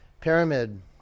Pyramid